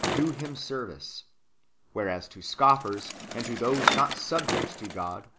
do him service whereas to scoffers, and to those not subject to god,